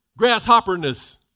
grasshopperness